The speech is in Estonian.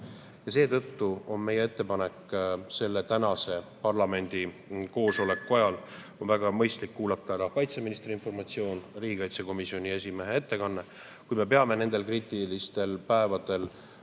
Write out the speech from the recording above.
Seetõttu on meie ettepanek, et tänase parlamendi koosoleku ajal oleks väga mõistlik kuulata ära kaitseministri informatsioon ja riigikaitsekomisjoni esimehe ettekanne. Me peame nendel kriitilistel päevadel